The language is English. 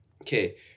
Okay